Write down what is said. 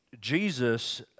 Jesus